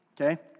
okay